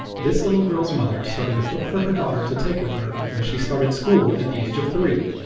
this little girl's mother started a book for her daughter to take with her when she started school at the age of three.